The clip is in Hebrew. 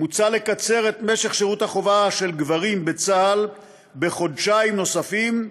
מוצע לקצר את משך שירות החובה של גברים בצה"ל בחודשיים נוספים,